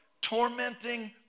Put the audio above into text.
Tormenting